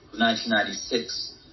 1996